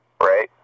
right